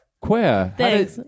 Queer